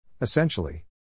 Essentially